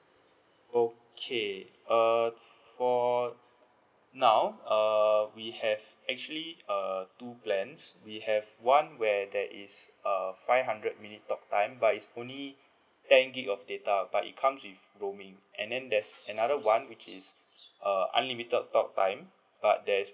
okay err for now err we have actually uh two plans we have one where there is uh five hundred minute talk time but it's only ten gig of data but it comes with roaming and then there's another one which is uh unlimited talk time but that is